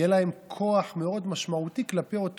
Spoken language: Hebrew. שיהיה להן כוח מאוד משמעותי כלפי אותו